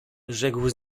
rzekł